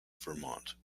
vermont